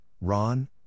Ron